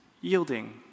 yielding